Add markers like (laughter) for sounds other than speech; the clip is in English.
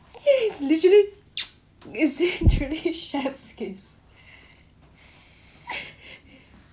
!hey! literally (noise) is literally chefs kiss (laughs)